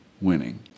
winning